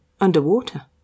underwater